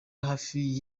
hafi